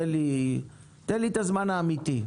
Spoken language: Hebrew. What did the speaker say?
תן לי את הזמן האמיתי.